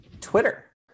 Twitter